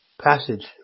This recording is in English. passage